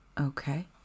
okay